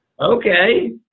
Okay